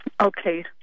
okay